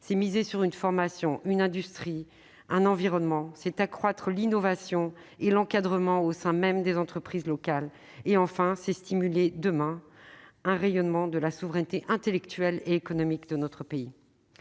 c'est miser sur une formation, une industrie, un environnement ; c'est accroître l'innovation et l'encadrement au sein même des entreprises locales ; c'est stimuler, demain, un rayonnement de la souveraineté intellectuelle et économique de notre pays.